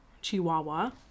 Chihuahua